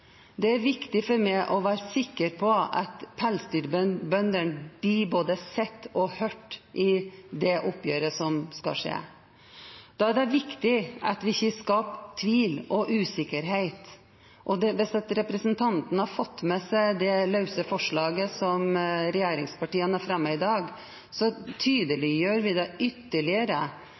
Det er viktig for meg å være sikker på at pelsdyrbøndene blir både sett og hørt i det oppgjøret som skal skje. Da er det viktig at vi ikke skaper tvil og usikkerhet. Og hvis representanten har fått med seg det forslaget som regjeringspartiet har fremmet i dag, forslag nr. 15, tydeliggjør vi det ytterligere